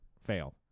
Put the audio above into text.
fail